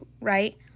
right